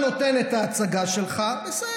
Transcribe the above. אתה נותן את ההצגה שלך, בסדר.